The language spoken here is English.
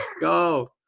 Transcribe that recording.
go